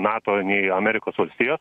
nato nei amerikos valstijos